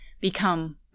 become